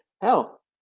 Hell